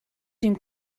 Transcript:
dem